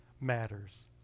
matters